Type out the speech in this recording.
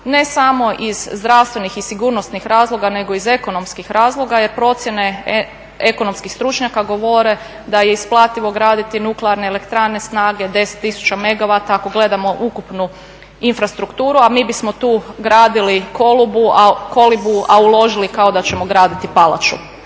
ne samo iz zdravstvenih i sigurnosnih razloga nego iz ekonomskih razloga jer procjene ekonomskih stručnjaka govore da je isplativo graditi nuklearne elektrane snage 10 tisuća megawata ako gledamo ukupnu infrastrukturu, a mi bismo tu gradili kolibu, a uložili kao da ćemo graditi palaču.